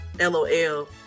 lol